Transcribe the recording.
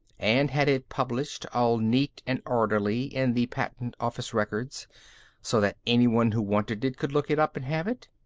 and had it published, all neat and orderly, in the patent office records so that anyone who wanted it could look it up and have it?